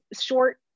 short